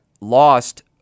lost